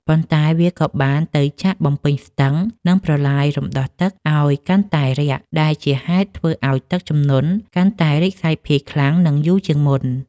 ប៉ុន្តែវាក៏បានទៅចាក់បំពេញស្ទឹង និងប្រឡាយរំដោះទឹកឱ្យកាន់តែរាក់ ដែលជាហេតុធ្វើឱ្យទឹកជំនន់កាន់តែរីកសាយភាយខ្លាំង និងយូរជាងមុន។